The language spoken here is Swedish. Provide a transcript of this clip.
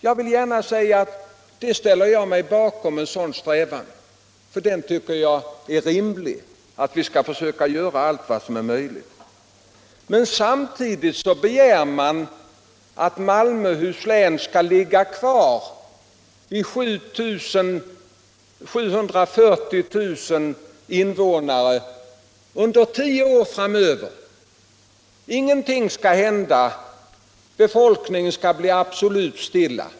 Jag ställer mig gärna bakom en sådan strävan, eftersom jag tycker att det är rimligt att vi gör vad som är möjligt. Men samtidigt begär man att Malmöhus län skall ligga kvar vid 740 000 invånare under en tioårsperiod framöver —- ingenting skall hända, befolkningstalet skall ligga absolut stilla.